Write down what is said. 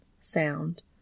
sound